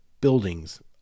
buildings